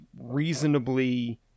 reasonably